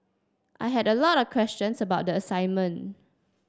I had a lot of questions about the assignment